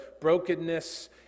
brokenness